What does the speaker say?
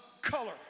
color